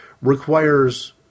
requires